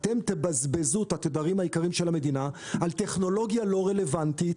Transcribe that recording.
אתם תבזבזו את התדרים היקרים של המדינה על טכנולוגיה לא רלוונטית